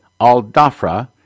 Al-Dafra